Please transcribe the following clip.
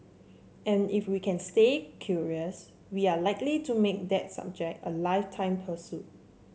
and if we can stay curious we are likely to make that subject a lifetime pursuit